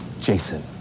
Jason